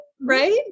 Right